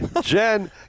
Jen